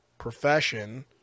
profession